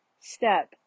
step